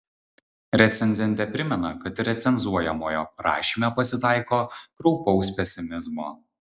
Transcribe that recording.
recenzentė primena kad recenzuojamojo rašyme pasitaiko kraupaus pesimizmo